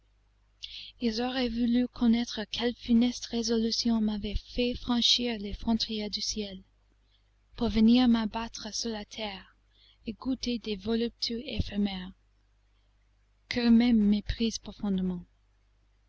ils auraient voulu connaître quelle funeste résolution m'avait fait franchir les frontières du ciel pour venir m'abattre sur la terre et goûter des voluptés éphémères qu'eux-mêmes méprisent profondément